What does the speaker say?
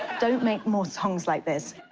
don't make more songs like this.